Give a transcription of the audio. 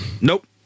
Nope